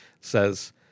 says